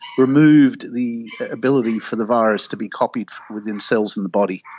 removed the ability for the virus to be copied within cells in the body,